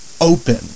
open